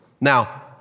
Now